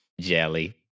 jelly